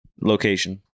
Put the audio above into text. Location